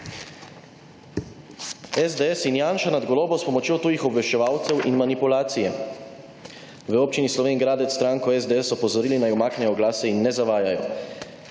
SDS in Janša nad Goloba s pomočjo tujih obveščevalcev in manipulacije. V občini Slovenj Gradec stranko SDS opozorili, naj umaknejo oglase in ne zavajajo.